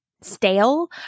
stale